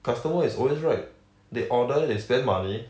customer is always right they order they spend money